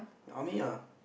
army ah